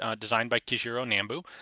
ah designed by kijiro nambu,